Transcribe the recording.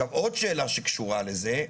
עוד שאלה שקשורה לזה.